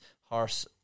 horse